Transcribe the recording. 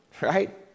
right